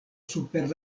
super